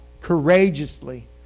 courageously